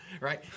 right